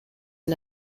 and